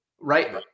right